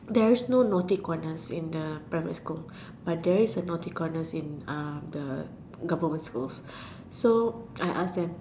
there is no naughty corners in the private school but there is a naughty corners in uh the government schools so I ask them